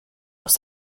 los